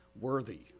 worthy